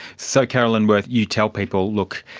so, carolyn worth, you tell people, look,